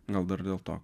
gal dar dėl to